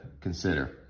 consider